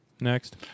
Next